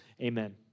Amen